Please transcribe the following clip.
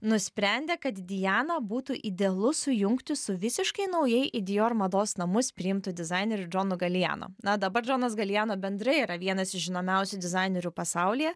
nusprendė kad dianą būtų idealu sujungti su visiškai naujai į dior mados namus priimtu dizaineriu džonu galijanu na dabar džonas galijano bendrai yra vienas iš žinomiausių dizainerių pasaulyje